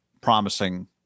promising